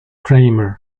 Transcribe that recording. kramer